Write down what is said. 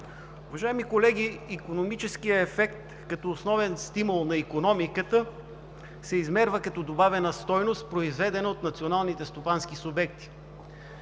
Уважаеми колеги, икономическият ефект като основен стимул на икономиката се измерва като добавена стойност, произведена от националните стопански субекти.